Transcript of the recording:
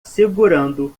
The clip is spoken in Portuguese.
segurando